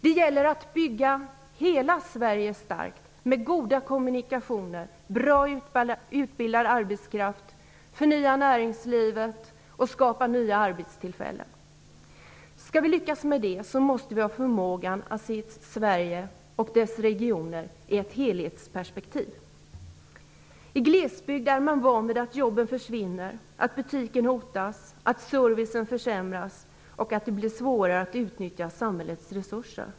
Det gäller att bygga hela Sverige starkt med goda kommunikationer och bra utbildad arbetskraft. Det gäller att förnya näringslivet och skapa nya arbetstillfällen. Om vi skall lyckas med det måste vi ha förmågan att se Sverige och dess regioner i ett helhetsperspektiv. I glesbygden är man van vid att jobben försvinner, butiken hotas, servicen försämras samt att det blir svårare att utnyttja samhällets resurser.